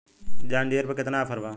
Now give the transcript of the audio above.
John Deere पर केतना offer बा?